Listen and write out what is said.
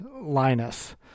Linus